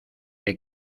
que